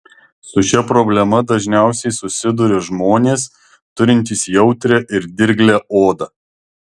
su šia problema dažniausiai susiduria žmonės turintys jautrią ir dirglią odą